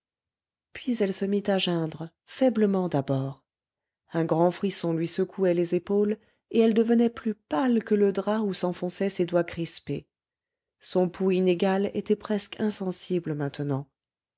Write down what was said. puis elle se mit à geindre faiblement d'abord un grand frisson lui secouait les épaules et elle devenait plus pâle que le drap où s'enfonçaient ses doigts crispés son pouls inégal était presque insensible maintenant